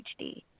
HD